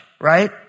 right